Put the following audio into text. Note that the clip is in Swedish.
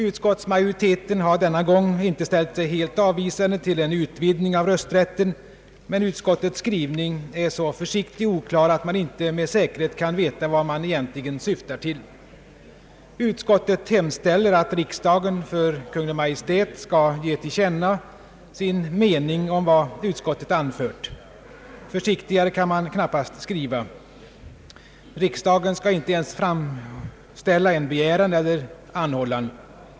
Utskottsmajoriteten har denna gång inte ställt sig helt avvisande till en utvidgning av rösträtten, men utskottets skrivning är så försiktig och oklar att man inte med säkerhet kan veta vad den egentligen syftar till. Utskottet hemställer att riksdagen för Kungl. Maj:t skall ge till känna som sin mening vad utskottet anfört. Försiktigare kan man knappast skriva. Riksdagen skall inte ens framställa en begäran eller anhållan.